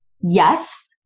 Yes